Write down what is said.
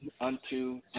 unto